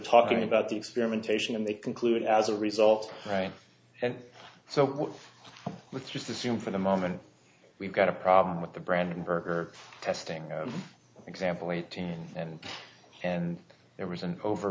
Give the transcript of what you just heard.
alking about the experimentation and they concluded as a result right and so with just assume for the moment we've got a problem with the brandenburger testing example eighteen and and there was an over